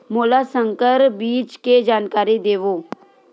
मोला संकर बीज के जानकारी देवो?